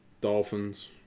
Dolphins